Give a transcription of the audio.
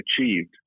achieved